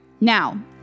now